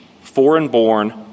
foreign-born